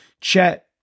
Chet